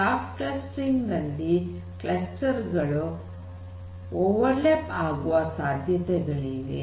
soft clustering ನಲ್ಲಿ cluster ಗಳು overlap ಆಗುವ ಸಾಧ್ಯತೆಗಳಿವೆ